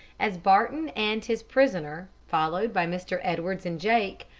as barton and his prisoner, followed by mr. edwards and jake,